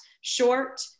short-